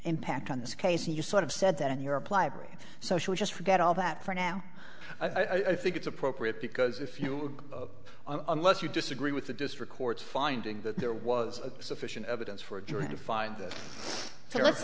impact on this case and you sort of said that in europe library so should we just forget all that for now i think it's appropriate because if you look on less you disagree with the district court's finding that there was sufficient evidence for joy to find this so let's